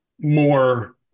more